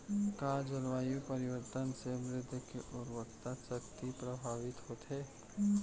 का जलवायु परिवर्तन से मृदा के उर्वरकता शक्ति प्रभावित होथे?